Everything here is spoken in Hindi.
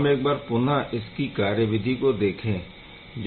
हम एक बार पुनः इसकी कार्यविधि को देखे